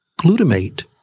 glutamate